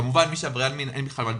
כמובן שעל עבריין מין אין בכלל מה לדבר,